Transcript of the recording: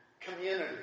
community